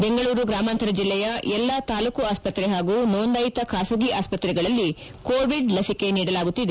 ಬೆಂಗಳೂರು ಗ್ರಾಮಾಂತರ ಜಿಲ್ಲೆಯ ಎಲ್ಲಾ ತಾಲ್ಲೂಕು ಆಸ್ತತ್ರೆ ಹಾಗೂ ನೋಂದಾಯಿತ ಖಾಸಗಿ ಆಸ್ಪತ್ರೆಗಳಲ್ಲಿ ಕೋವಿಡ್ ಲಸಿಕೆ ನೀಡಲಾಗುತ್ತಿದೆ